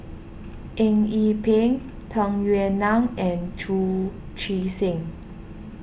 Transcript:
Eng Yee Peng Tung Yue Nang and Chu Chee Seng